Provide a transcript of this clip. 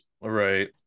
Right